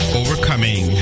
overcoming